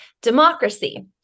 democracy